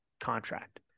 contract